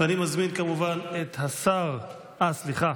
אני מזמין את השר, סליחה.